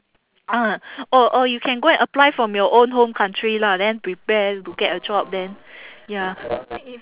ah or or you can go and apply from your own home country lah then prepare to get a job then ya